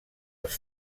els